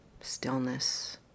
stillness